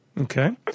Okay